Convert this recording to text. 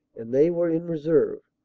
and they were in reserve.